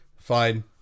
fine